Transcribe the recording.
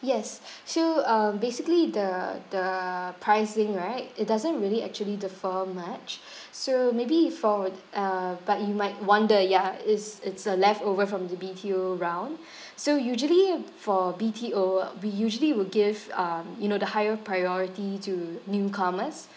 yes so um basically the the pricing right it doesn't really actually differ much so maybe for uh but you might wonder ya is it's a leftover from the B_T_O round so usually for B_T_O we usually will give um you know the higher priority to newcomers